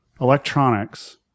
electronics